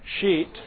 sheet